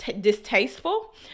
distasteful